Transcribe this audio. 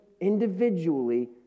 individually